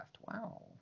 Wow